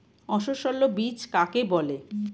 অসস্যল বীজ কাকে বলে?